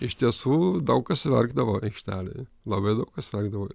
iš tiesų daug kas verkdavo aikštelėj labai daug kas verkdavo